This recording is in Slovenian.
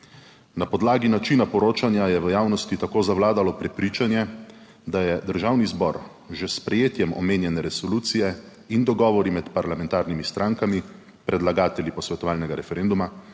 Na podlagi načina poročanja je v javnosti tako zavladalo prepričanje, da je Državni zbor že s sprejetjem omenjene resolucije in dogovori med parlamentarnimi strankami, predlagatelji posvetovalnega referenduma,